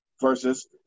versus